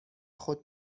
خود